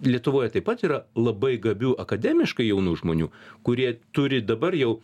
lietuvoje taip pat yra labai gabių akademiškai jaunų žmonių kurie turi dabar jau